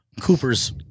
Cooper's